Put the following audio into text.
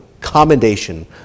commendation